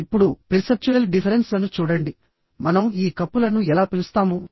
ఇప్పుడు perceptual difference లను చూడండి మనం ఈ కప్పులను ఎలా పిలుస్తాము